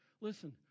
Listen